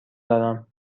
دارم